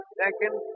second